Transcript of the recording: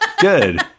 Good